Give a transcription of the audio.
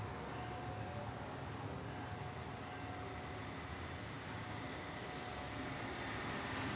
महाराष्ट्रात बीज प्रमानीकरण यंत्रना कोनच्या सालापासून काम करुन रायली हाये?